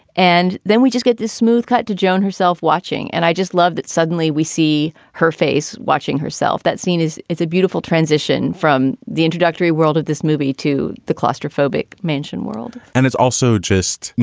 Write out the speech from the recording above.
and then we just get this smooth cut to joan herself watching. and i just love that suddenly we see her face watching herself. that scene is it's a beautiful transition from the introductory world of this movie to the claustrophobic mansion world and it's also just, you